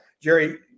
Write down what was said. Jerry